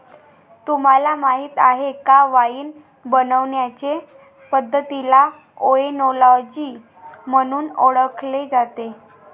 तुम्हाला माहीत आहे का वाइन बनवण्याचे पद्धतीला ओएनोलॉजी म्हणून ओळखले जाते